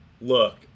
look